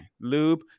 lube